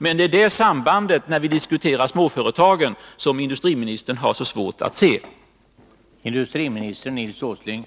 Men det är detta samband som industriministern har så svårt att se, när vi diskuterar småföretagen.